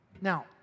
now